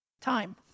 time